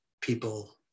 people